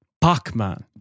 Pac-Man